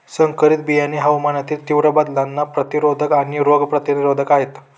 संकरित बियाणे हवामानातील तीव्र बदलांना प्रतिरोधक आणि रोग प्रतिरोधक आहेत